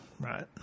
right